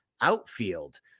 outfield